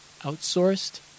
outsourced